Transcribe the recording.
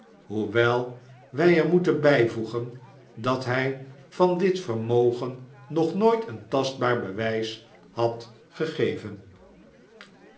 hoewel wij er moeten bijvoegen dat hij van dit vermogen nog nooit een tastbaar bewijs had gegeven